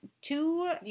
two